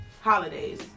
holidays